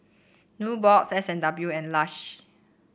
nubox S and W and Lush